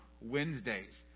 Wednesdays